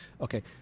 Okay